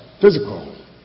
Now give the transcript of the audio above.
physical